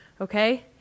Okay